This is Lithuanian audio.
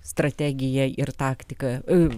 strategiją ir taktiką